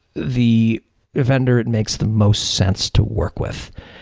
the vendor it makes the most sense to work with.